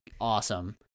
awesome